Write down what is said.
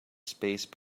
space